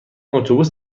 اتوبوس